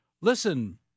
listen